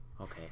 Okay